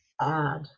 add